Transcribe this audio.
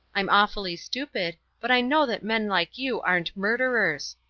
i'm awfully stupid, but i know that men like you aren't murderers.